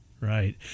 Right